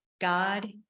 God